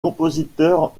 compositeurs